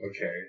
Okay